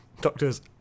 doctor's